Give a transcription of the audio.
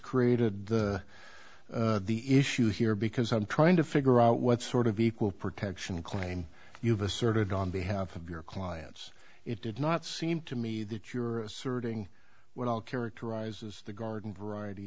created the the issue here because i'm trying to figure out what sort of equal protection claim you've asserted on behalf of your clients it did not seem to me that you're asserting when all characterizes the garden